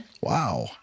Wow